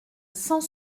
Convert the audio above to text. cent